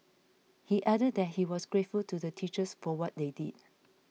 he added that he was grateful to the teachers for what they did